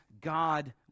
God